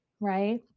right